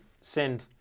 Send